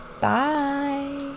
Bye